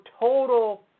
total